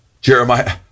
Jeremiah